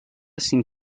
cinc